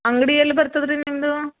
ಅಂಗಡಿ ಎಲ್ಲಿ ಬರ್ತದೆ ರೀ ನಿಮ್ಮದು